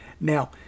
Now